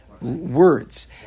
words